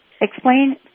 Explain